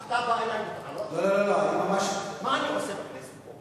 אלי בטענות, מה אני עושה בכנסת הזאת?